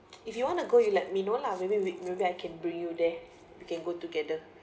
if you want to go you let me know lah maybe we maybe I can bring you there we can go together